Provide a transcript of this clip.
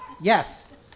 Yes